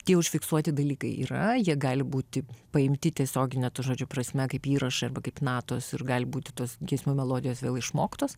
tie užfiksuoti dalykai yra jie gali būti paimti tiesiogine to žodžio prasme kaip įrašą arba kaip natos ir gali būti tos giesmių melodijos vėl išmoktos